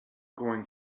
going